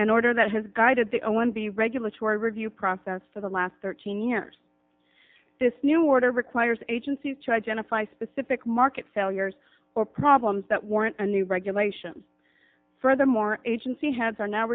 an order that has guided the o m b regulatory review process for the last thirteen years this new order requires agencies to identify specific market failures or problems that warrant a new regulations furthermore agency heads are now